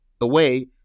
away